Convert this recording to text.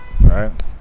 Right